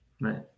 Right